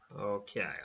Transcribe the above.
Okay